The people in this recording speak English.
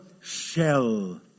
shell